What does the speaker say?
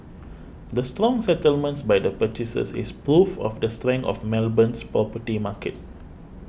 the strong settlements by the purchasers is proof of the strength of Melbourne's property market